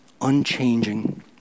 unchanging